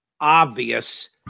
obvious